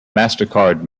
mastercard